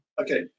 okay